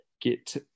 get